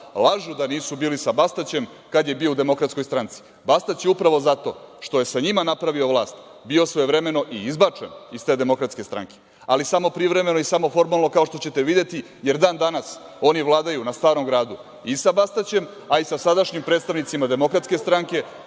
Lažu da nisu bili sa Bastaćem kada je bio u DS. Bastać je, upravo zato što je sa njima napravio vlast, bio svojevremeno i izbačen iz te DS, ali samo privremeno i samo formalno, kao što ćete videti, jer i dan danas oni vladaju na Starom gradu i sa Bastaćem, a i sa sadašnjim predstavnicima DS, baš kao što je